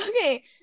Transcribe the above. Okay